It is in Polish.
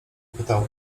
pytał